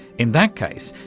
in that case,